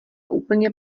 úplně